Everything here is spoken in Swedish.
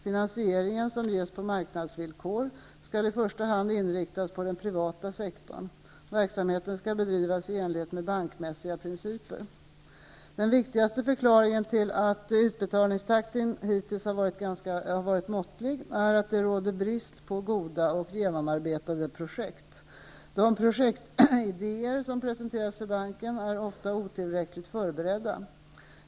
Finansieringen, som ges på marknadsvillkor, skall i första hand inriktas på den privata sektorn. Verksamheten skall bedrivas i enlighet med bankmässiga principer. Den viktigaste förklaringen till att utbetalningstakten hittills har varit måttlig är att det råder brist på goda och genomarbetade projekt. De projektidéer som presenteras för banken är ofta otillräckligt förberedda.